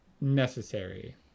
Necessary